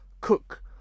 cook